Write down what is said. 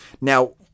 Now